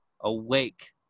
awake